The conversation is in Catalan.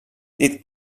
dit